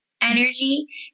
energy